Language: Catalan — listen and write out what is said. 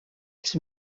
els